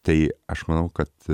tai aš manau kad